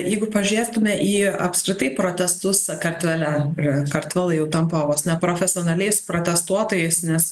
jeigu pažiūrėtume į apskritai protestus sakartvele kartvelai jau tampa vos ne profesionaliais protestuotojais nes